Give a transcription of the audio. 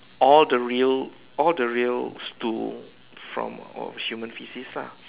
all the real all the real stool from human feces lah